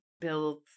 build